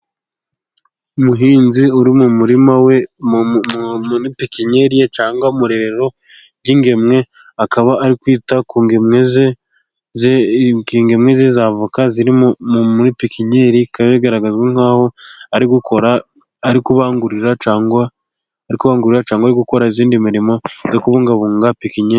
Umuhinzi uri mu murima we muri pepenyeri cyangwa mu irerero ry'ingemwe. Akaba ari kwita ku ngemwe ze z'avoka zi muri pepenyeri. Bikaba bigaraga nk'aho ari gukora ,ari kubangurira cyangwa gukora indi mirimo yo kubungabunga pepenyeri.